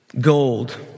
Gold